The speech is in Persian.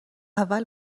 اول